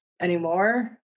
anymore